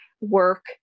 work